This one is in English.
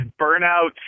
burnout